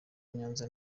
nyanza